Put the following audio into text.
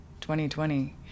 2020